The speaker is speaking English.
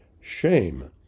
shame